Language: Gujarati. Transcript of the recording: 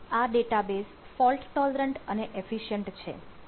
આ ડેટાબેઝ ફોલ્ટ ટોલરન્ટ છે